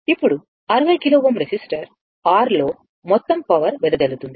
ఇప్పుడు 60 kilo Ω resistor R లో మొత్తం పవర్ వెదజల్లుతుంది